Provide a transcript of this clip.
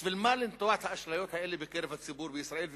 בשביל מה לנטוע את האשליות האלה בקרב הציבור בישראל,